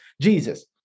Jesus